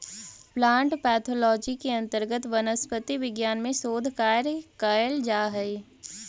plant pathology के अंतर्गत वनस्पति विज्ञान में शोध कार्य कैल जा हइ